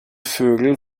vögel